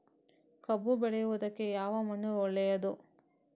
ಕಬ್ಬು ಬೆಳೆಯುವುದಕ್ಕೆ ಯಾವ ಮಣ್ಣು ಒಳ್ಳೆಯದು?